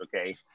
Okay